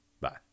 Bye